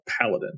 Paladin